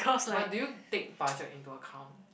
but do you take budget into account